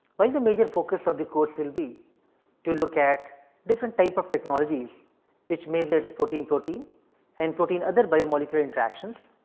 while the major focus of the course will be to look at different type of technologies which measures protein-protein and protein other bio molecular interactions.